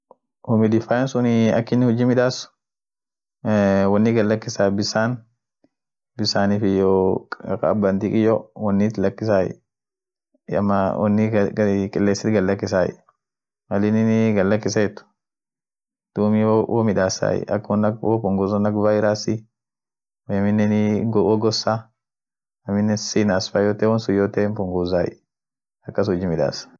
woni sunii. ak inin kiles woni iragoras eeh woni tokii irbaasai, woni kabanootu irbaasai, dumii woni sunii condization irbaas, duub mpka bare bisaan au bare tankia achiit gajeebisai ishinii kiles achisuura humidity achiira vuutite, duum aminen kiles sun kabaneesite duum bisaaan sun fuute kiles sun aminen hoodisitie